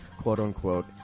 quote-unquote